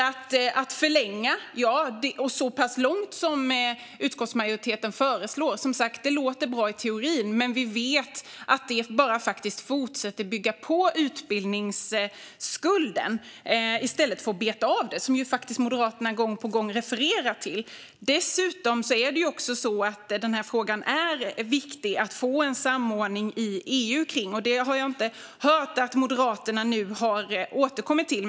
Att förlänga så pass länge som utskottsmajoriteten föreslår låter som sagt bra i teorin, men vi vet att det bara fortsätter att bygga på utbildningsskulden i stället för att beta av den, som ju Moderaterna gång på gång refererar till. Dessutom är det viktigt att få en samordning i EU i den här frågan, och det har jag inte hört att Moderaterna nu har återkommit till.